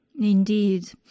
Indeed